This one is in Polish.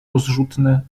rozrzutne